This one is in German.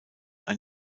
ein